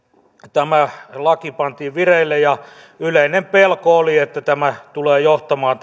tämä laki pantiin vireille ja yleinen pelko oli että tämä tulee johtamaan